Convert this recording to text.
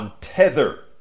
tether